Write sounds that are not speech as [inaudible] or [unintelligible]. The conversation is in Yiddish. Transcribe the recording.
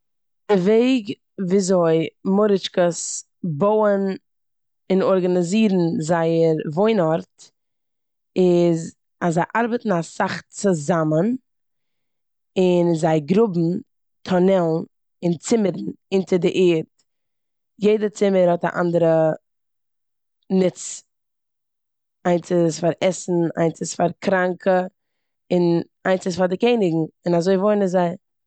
[unintelligible] וועג וויאזוי מורישקעס בויען און ארגאנאזירן זייער וואוינארט איז אז זיי ארבעטן אסאך צוזאמען און זיי גראבן טונעלן און צימערן אונטער די ערד. יעדע צימער האט א אנדערע נוץ. איינס איז פאר עסן, איינס איז פאר קראנקע און איינס איז פאר די קעניגן. און אזוי וואוינען זיי.